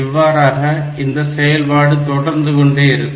இவ்வாறாக இந்த செயல்பாடு தொடர்ந்துகொண்டே இருக்கும்